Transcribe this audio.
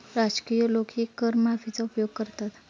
राजकीय लोकही कर माफीचा उपयोग करतात